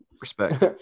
Respect